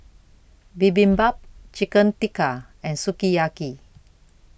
Bibimbap Chicken Tikka and Sukiyaki